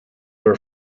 were